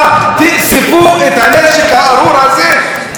את הנשק הארור הזה מהיישובים הערביים.